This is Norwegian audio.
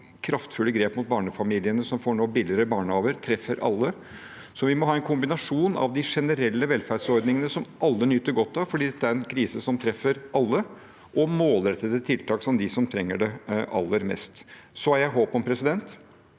kraftfulle grep rettet mot barnefamiliene som nå får billigere barnehager, noe som treffer alle. Vi må altså ha en kombinasjon av de generelle velferdsordningene som alle nyter godt av, for dette er en krise som treffer alle, og målrettede tiltak for dem som trenger det aller mest. Så har jeg håp om at